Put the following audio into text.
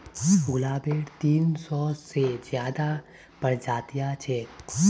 गुलाबेर तीन सौ से ज्यादा प्रजातियां छेक